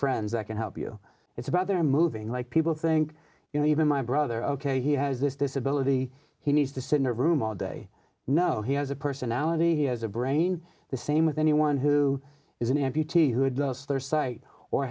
friends that can help you it's about they're moving like people think you know even my brother ok he has this disability he needs to sit in a room all day no he has a personality he has a brain the same with anyone who is an amputee who had lost their sight or